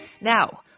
Now